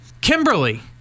kimberly